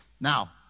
Now